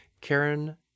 Karen